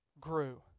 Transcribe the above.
grew